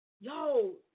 Yo